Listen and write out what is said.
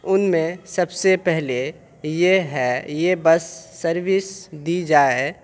ان میں سب سے پہلے یہ ہے یہ بس سروس دی جائے